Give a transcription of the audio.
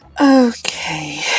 Okay